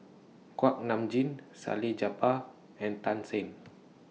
Kuak Nam Jin Salleh Japar and Tan Shen